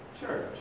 church